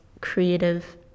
creative